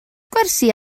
gwersi